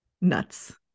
nuts